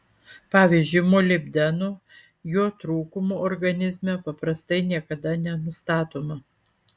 pavyzdžiui molibdeno jo trūkumo organizme paprastai niekada nenustatoma